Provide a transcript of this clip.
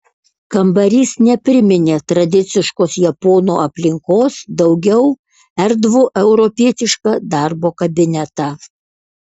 kambarys nepriminė tradiciškos japonų aplinkos daugiau erdvų europietišką darbo kabinetą